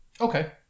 Okay